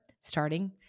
starting